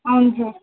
అవును సార్